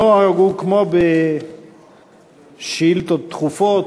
הנוהג הוא כמו בשאילתות דחופות,